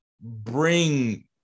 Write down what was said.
bring